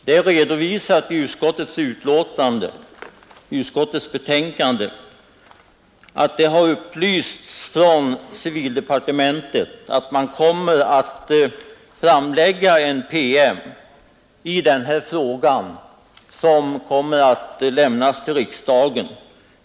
Det är redovisat i utskottets betänkande att det har upplysts från civildepartementet att man kommer att lägga fram en promemoria i den här frågan och avlämna den till riksdagen.